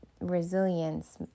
resilience